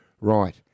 right